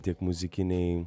tiek muzikiniai